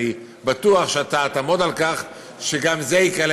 אני בטוח שתעמוד על כך שגם זה ייכלל,